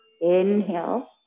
Inhale